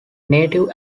native